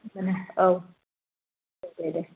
औ दे दे